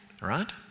right